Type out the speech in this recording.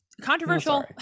Controversial